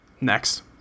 Next